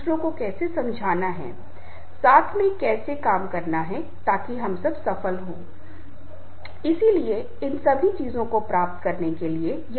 इसलिए यह न केवल समस्या के आसपास ध्यान केंद्रित करना है बल्कि समाधान के आसपास भी ध्यान केंद्रित करना चाहिए